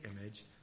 image